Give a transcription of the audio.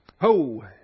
Ho